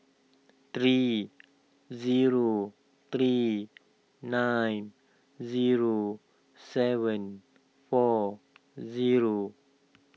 three zero three nine zero seven four zero